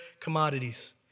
commodities